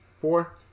four